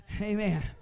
amen